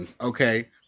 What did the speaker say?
okay